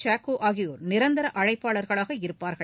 choco ஆகியோர் நிரந்தர அழைப்பாளர்களாக இருப்பார்கள்